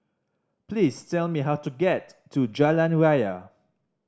please tell me how to get to Jalan Raya